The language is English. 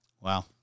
Wow